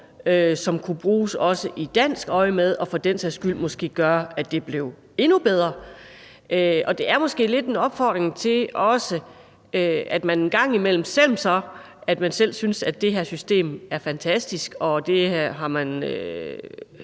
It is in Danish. også kunne bruges i dansk øjemed, og som måske endda kunne gøre, at det blev endnu bedre. Og det er måske også lidt en opfordring til, at man en gang imellem – selv om man så selv synes, at det her system er fantastisk og det er man